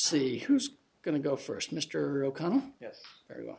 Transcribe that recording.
city who's going to go first mr o'connell yes very well